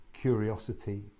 curiosity